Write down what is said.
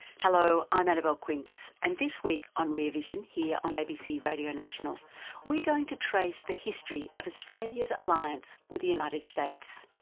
hello, i'm annabelle quince and this week on rear vision here on abc radio national we're going to trace the history of australia's alliance with the united states.